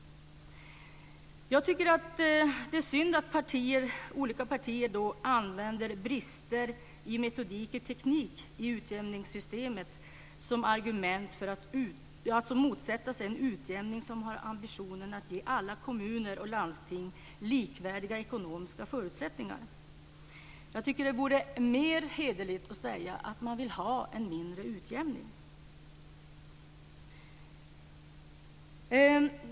Jag tycker att det är synd att olika partier använder brister i metodik och teknik i utjämningssystemet som argument för att motsätta sig en utjämning som har ambitionen att ge alla kommuner och landsting likvärdiga ekonomiska förutsättningar. Jag tycker att det vore mer hederligt att säga att man vill ha en mindre utjämning.